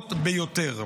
ומורכבות ביותר,